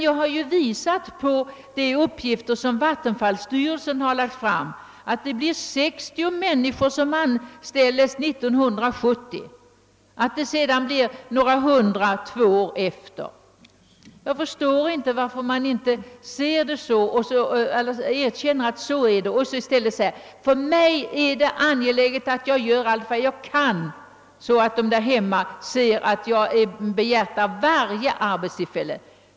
Jag har ju visat på de uppgifter, som vat tenfallsstyrelsen lagt fram, nämligen att 60 människor skulle anställas 1970 och att det skulle bli några hundra något år därefter. Jag förstår inte, varför man inte erkänner, att man är angelägen att göra allt man kan, så att de där hemma ser, att man bebhjärtar varje arbetstillfälle.